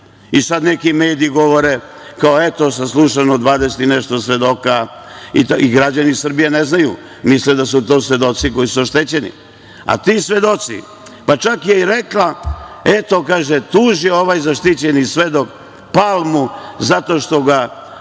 I sada neki mediji govore – eto, saslušano dvadeset i nešto svedoka. Građani Srbije ne znaju, misle da su to svedoci koji su oštećeni. Ti svedoci, pa čak je i rekla – eto, tuži ovaj zaštićeni svedok Palmu zato što mu